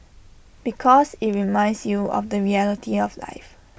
because IT reminds you of the reality of life